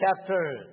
chapter